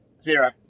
Zero